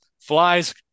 flies